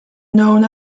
known